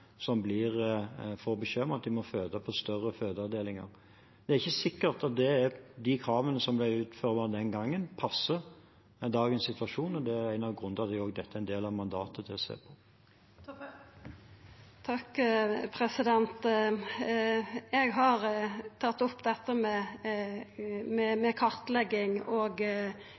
må føde ved større fødeavdelinger. Det er ikke sikkert at de kravene som ble utformet den gangen, passer med dagens situasjon, og det er en av grunnene til at også dette er en del av mandatet. Eg har tatt opp dette med kartlegging og å finna ut av om fødeavdelingane faktisk følgjer opp dette kvalitetskravet og ein-til-ein-omsorg. Til slutt gjekk statsråden med